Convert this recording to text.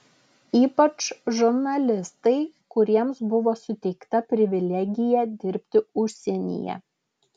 ypač žurnalistai kuriems buvo suteikta privilegija dirbti užsienyje